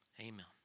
Amen